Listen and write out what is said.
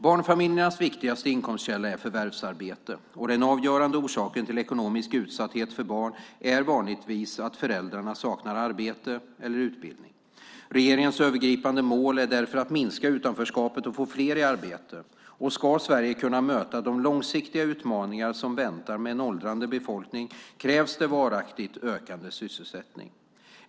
Barnfamiljernas viktigaste inkomstkälla är förvärvsarbete, och den avgörande orsaken till ekonomisk utsatthet för barn är vanligtvis att föräldrarna saknar arbete eller utbildning. Regeringens övergripande mål är därför att minska utanförskapet och få fler i arbete. Ska Sverige dessutom kunna möta de långsiktiga utmaningar som väntar med en åldrande befolkning krävs det varaktigt ökad sysselsättning.